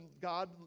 God